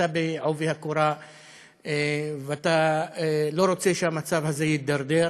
בעובי הקורה ואתה לא רוצה שהמצב הזה יידרדר.